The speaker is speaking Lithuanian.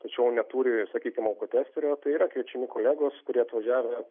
tačiau neturi sakykim alkotesterio tai yra kviečiami kolegos kurie atvažiavę